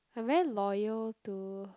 I'm very loyal to